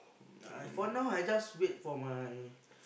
for now I just wait for my